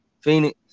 Phoenix